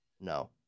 no